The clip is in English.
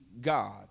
God